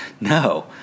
No